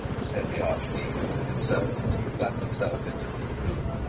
said the archdeacon to himself as he flung himself into his brougham.